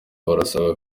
barasabwa